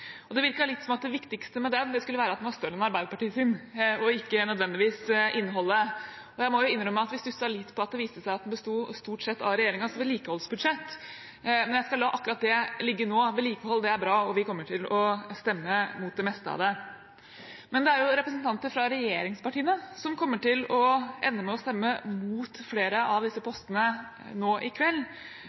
at vi stusset litt da det viste seg at tiltakspakken stort sett besto av regjeringens vedlikeholdsbudsjett, men jeg lar akkurat det ligge nå. Vedlikehold er bra. Vi kommer til å stemme mot det meste av det. Men representanter fra regjeringspartiene kommer til å ende med å stemme mot flere av disse postene nå i kveld